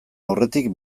aurretik